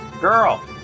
girl